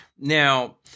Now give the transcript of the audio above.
Now